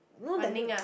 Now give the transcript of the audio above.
know that